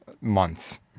months